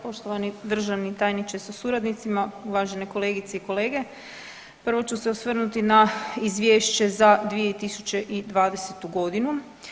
Poštovani državi tajniče sa suradnicima, uvažene kolegice i kolege, prvo ću se osvrnuti na izvješće za 2020. godinu.